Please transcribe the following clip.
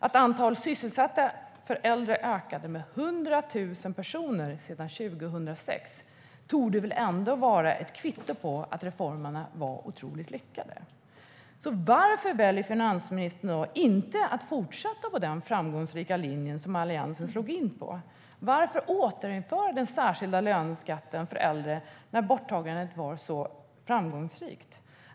Att antalet sysselsatta äldre har ökat med 100 000 personer sedan 2006 torde väl ändå vara ett kvitto på att reformerna var otroligt lyckade. Varför väljer finansministern att inte fortsätta på den framgångsrika linje som Alliansen slog in på? Varför återinförs den särskilda löneskatten för äldre när borttagandet var så framgångsrikt?